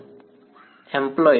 વિદ્યાર્થી એમ્લોય્ડ